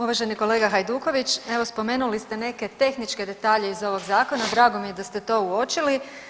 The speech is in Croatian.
Uvaženi kolega Hajduković, evo spomenuli ste neke tehničke detalje iz ovog zakona, drago mi je da ste to uočili.